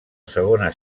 segona